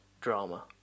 drama